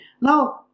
Now